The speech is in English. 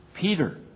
Peter